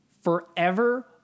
forever